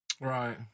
right